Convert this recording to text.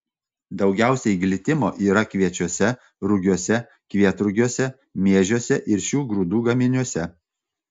daugiausiai glitimo yra kviečiuose rugiuose kvietrugiuose miežiuose ir šių grūdų gaminiuose